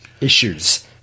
issues